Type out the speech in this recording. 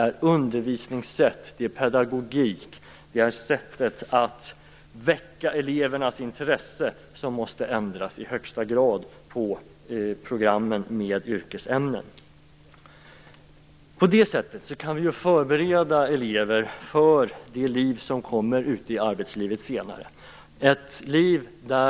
Undervisningssättet, pedagogiken och sättet att väcka elevernas intresse måste i högsta grad ändras på programmen med yrkesämnen. På det sättet kan vi förbereda elever för arbetslivet, som kommer senare.